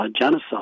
genocide